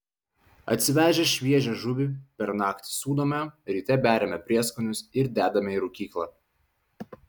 atsivežę šviežią žuvį per naktį sūdome ryte beriame prieskonius ir dedame į rūkyklą